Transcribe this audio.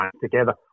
together